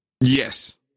yes